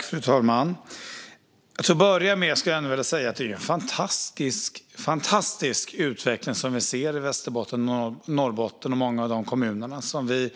Fru talman! Till att börja med vill jag säga att det är en fantastisk utveckling som vi ser i Västerbotten, Norrbotten och många kommuner, något som vi